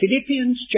Philippians